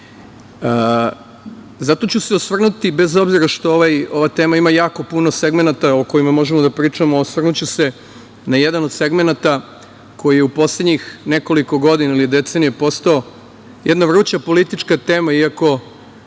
njoj. Zato ću se osvrnuti, bez obzira što ova tema ima jako puno segmenata o kojima možemo da pričamo, na jedan od segmenata koji je u poslednjih nekoliko godina ili decenija postao jedana vruća politička tema, iako